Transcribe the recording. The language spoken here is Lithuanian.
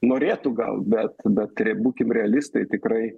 norėtų gal bet bet būkim realistai tikrai